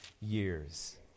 years